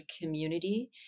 community